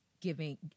giving